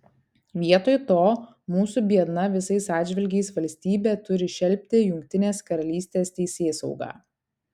vietoj to mūsų biedna visais atžvilgiais valstybė turi šelpti jungtinės karalystės teisėsaugą